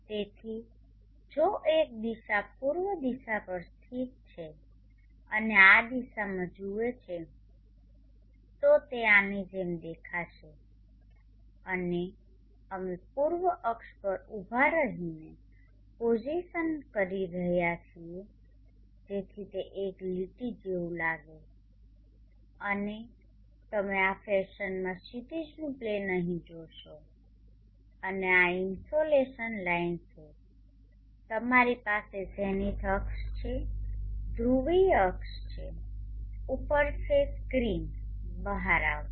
તેથી જો એક દિશા પૂર્વ દિશા પર સ્થિત છે અને આ દિશામાં જુએ છે તો તે આની જેમ દેખાશે અને અમે પૂર્વ અક્ષ પર ઊભા રહીને પોઝિસન કરી રહ્યા છીએ જેથી તે એક લીટી જેવું લાગે અહીં અને તમે આ ફેશનમાં ક્ષિતિજનું પ્લેન અહીં જોશો અને આ ઇન્સોલેશન લાઇન છે તમારી પાસે ઝેનિથ અક્ષ છે ધ્રુવીય અક્ષ છે ઉપર છે સ્ક્રીન બહાર આવતા